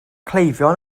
cleifion